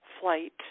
flight